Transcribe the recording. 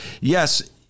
yes